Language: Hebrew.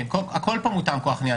הכול פה מותאם כוח קנייה.